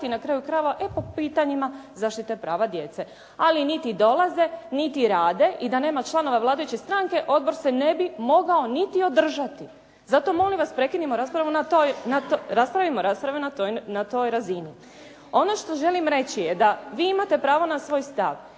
na kraju krajeva i po pitanjima zaštite prava djece. Ali niti dolaze, niti rade. I da nema članova vladajuće stranke odbor se ne bi mogao niti održati. Zato molim vas prekinimo raspravu. Raspravimo rasprave na toj razini. Ono što želim reći je da vi imate pravo na svoj stav